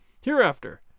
Hereafter